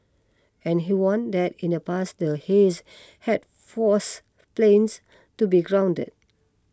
and he warned that in the past the haze had forced planes to be grounded